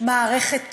מערכת תביעה,